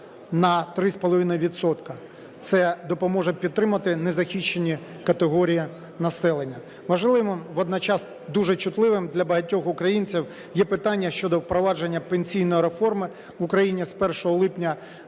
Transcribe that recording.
Це допоможе підтримати незахищені категорії населення. Важливим, водночас дуже чутливим для багатьох українців є питання щодо впровадження пенсійної реформи в Україні з 1 липня